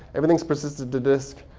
everything is persistent to disk.